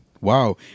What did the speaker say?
Wow